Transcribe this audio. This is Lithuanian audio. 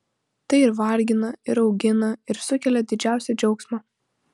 tai ir vargina ir augina ir sukelia didžiausią džiaugsmą